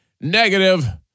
negative